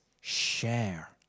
share